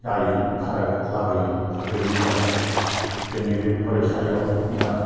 जायो फाराग लाबोयो आरो बेनिफ्राय जोंनि बे फरायसालियाव दा